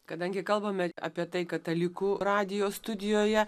kadangi kalbame apie tai katalikų radijo studijoje